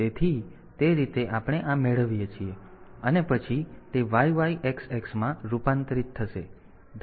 તેથી તે રીતે આપણે આ મેળવીએ છીએ અને પછી તે YYXX માં રૂપાંતરિત થશે